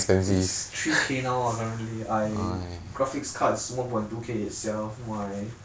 it's three K now ah currently I graphics card is one point two K itself my